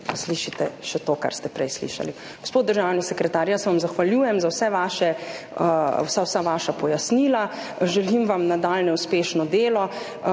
slišite še to, kar ste prej slišali. Gospod državni sekretar, jaz se vam zahvaljujem za vsa vaša pojasnila, želim vam nadaljnje uspešno delo